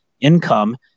income